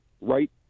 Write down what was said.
right